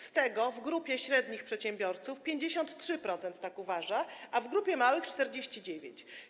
Z tego w grupie średnich przedsiębiorców 53% tak uważa, a grupie małych - 49%.